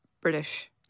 British